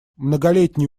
многолетние